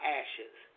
ashes